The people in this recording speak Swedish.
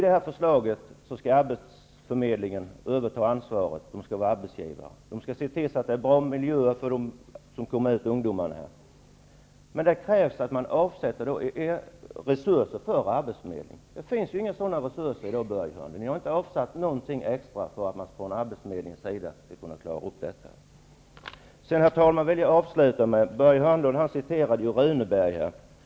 Enligt förslaget skall arbetsförmedlingarna överta ansvaret som arbetsgivare. De skall se till att det är bra miljöer som ungdomarna kommer ut till. Men detta kräver att det avsätts resurer till arbetsförmedlingen. Det finns inga sådana resurser i dag, Börje Hörnlund. Ni har inte avsatt någonting extra för att man från arbetsförmedlingarna skall klara detta. Herr talman! Börje Hörnlund citerade här Runeberg.